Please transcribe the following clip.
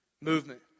movement